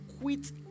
quit